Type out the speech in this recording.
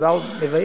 זה דבר מבייש.